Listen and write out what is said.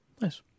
Nice